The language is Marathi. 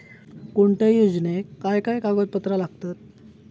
कोणत्याही योजनेक काय काय कागदपत्र लागतत?